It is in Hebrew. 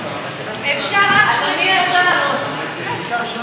השר שטייניץ,